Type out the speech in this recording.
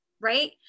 right